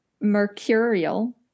Mercurial